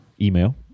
email